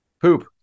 Poop